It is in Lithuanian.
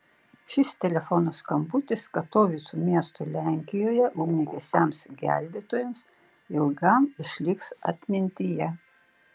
šis telefono skambutis katovicų miesto lenkijoje ugniagesiams gelbėtojams ilgam išliks atmintyje